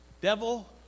devil